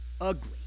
ugly